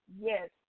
Yes